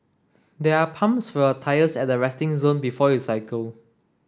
there are pumps for your tyres at the resting zone before you cycle